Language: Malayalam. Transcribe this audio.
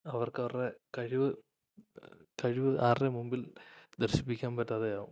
അവർക്കവരുടെ കഴിവ് ആരുടെയും മുമ്പിൽ ദർശിപ്പിക്കാന് പറ്റാതെയാവും